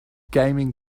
gaming